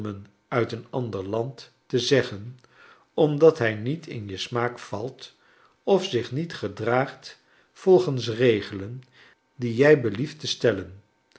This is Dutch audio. uit een ander land te zeggen omdat hij niet in je smaak valt of zich niet gedraagt volgens regelen die jij belieft te stellen